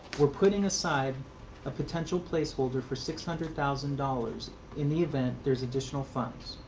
we're putting aside a potential placeholder for six hundred thousand dollars in the event there's additional funds.